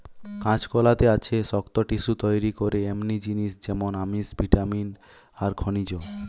কাঁচকলাতে আছে শক্ত টিস্যু তইরি করে এমনি জিনিস যেমন আমিষ, ভিটামিন আর খনিজ